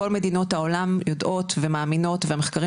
כל מדינות העולם יודעות ומאמינות והמחקרים